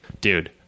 Dude